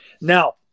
Now